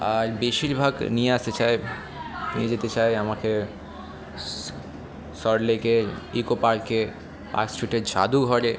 আর বেশিরভাগ নিয়ে আসতে চায় নিয়ে যেতে চায় আমাকে স সল্ট লেকে ইকো পার্কে পার্ক স্ট্রিটের জাদুঘরে